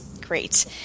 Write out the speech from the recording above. Great